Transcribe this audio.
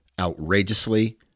outrageously